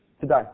today